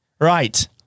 Right